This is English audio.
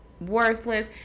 worthless